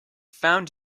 found